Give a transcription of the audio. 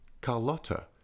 Carlotta